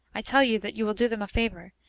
i tell you that you will do them a favor,